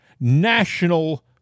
National